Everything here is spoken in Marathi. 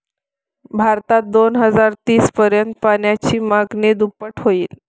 भारतात दोन हजार तीस पर्यंत पाण्याची मागणी दुप्पट होईल